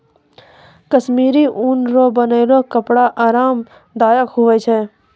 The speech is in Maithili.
कश्मीरी ऊन रो बनलो कपड़ा आराम दायक हुवै छै